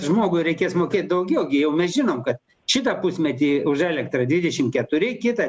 žmogui reikės mokėt daugiau gi jau mes žinom kad šitą pusmetį už elektrą dvidešim keturi kitą